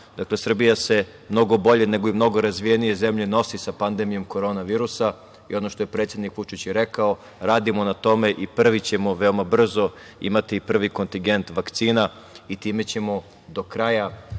važno, Srbija se mnogo bolje nego i mnogo razvijenije zemlje nosi sa pandemijom korona virusa. I ono što je predsednik Vučić rekao, radio na tome i prvi ćemo veoma brzo imati prvi kontigent vakcina i time ćemo do kraja